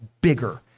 bigger